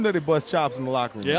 they bust chops in the locker yeah